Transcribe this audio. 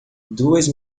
duas